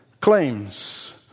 claims